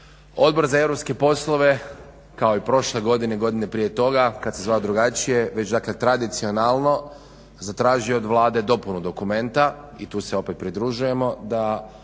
Odbor za europske poslove kao i prošle godine i godine prije toga kad se zvao drugačije već dakle tradicionalno zatražio od Vlade dopunu dokumenta i tu se opet pridružujemo da